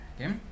Okay